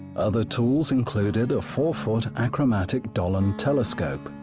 other tools included a four foot achromatic dollond telescope,